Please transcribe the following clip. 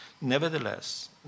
Nevertheless